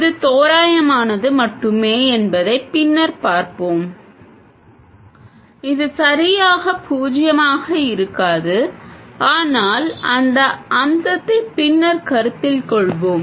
இது தோராயமானது மட்டுமே என்பதை பின்னர் பார்ப்போம் இது சரியாக பூஜ்ஜியமாக இருக்காது ஆனால் அந்த அம்சத்தை பின்னர் கருத்தில் கொள்வோம்